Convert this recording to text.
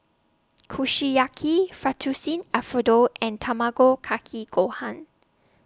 Kushiyaki Fettuccine Alfredo and Tamago Kake Gohan